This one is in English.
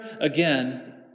again